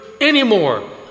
anymore